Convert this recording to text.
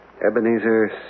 Ebenezer